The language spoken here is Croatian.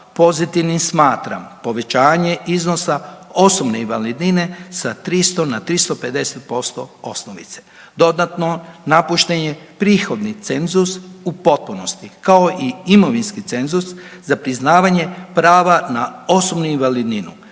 pozitivnim smatram povećanje iznosa osobne invalidnine sa 300 na 350% osnovice. Dodatno, napušten je prihodni cenzus u potpunosti kao i imovinski cenzus za priznavanje prava na osobnu invalidninu.